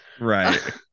right